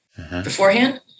beforehand